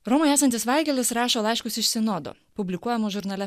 romoje esantis vaigelis rašo laiškus iš sinodo publikuojamos žurnale